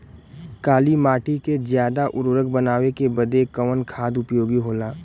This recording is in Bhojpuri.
काली माटी के ज्यादा उर्वरक बनावे के बदे कवन खाद उपयोगी होला?